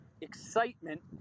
excitement